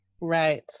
right